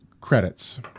credits